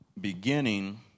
beginning